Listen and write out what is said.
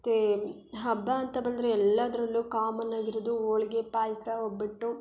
ಮತ್ತು ಹಬ್ಬ ಅಂತ ಬಂದರೆ ಎಲ್ಲದ್ರಲ್ಲೂ ಕಾಮನ್ ಆಗಿರುವುದು ಹೋಳ್ಗೆ ಪಾಯಸ ಒಬ್ಬಟ್ಟು